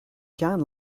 john